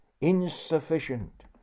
insufficient